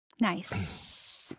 nice